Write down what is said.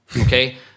Okay